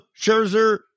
Scherzer